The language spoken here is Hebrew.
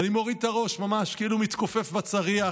אני מוריד את הראש, ממש כאילו מתכופף בצריח.